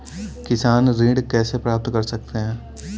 किसान ऋण कैसे प्राप्त कर सकते हैं?